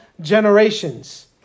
generations